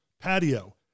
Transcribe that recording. patio